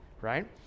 right